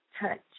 touch